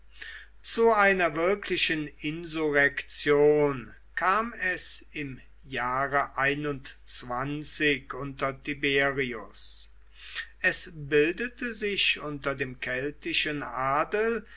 zu einer wirklichen insurrektion kam es im jahre unter tiberius es bildete sich unter dem keltischen adel